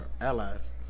allies